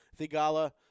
Thigala